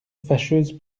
fâcheuse